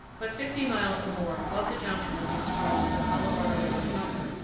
but fifty miles or more above the junction of this stream with the colorado river proper,